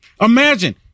Imagine